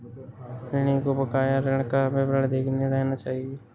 ऋणी को बकाया ऋण का विवरण देखते रहना चहिये